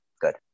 Good